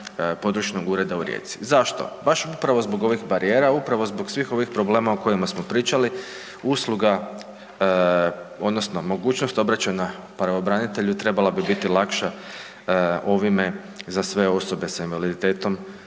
područnog ureda u Rijeci. Zašto? Baš upravo zbog ovih barijera, upravo zbog svih ovih problema o kojima smo pričali, usluga odnosno mogućnost obraćanja pravobranitelju trebala bi biti lakša ovime za sve osobe s invaliditetom